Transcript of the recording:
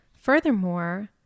Furthermore